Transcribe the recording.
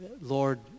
Lord